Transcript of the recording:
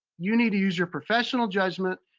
you need to use your professional judgment.